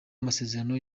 amasezerano